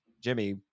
Jimmy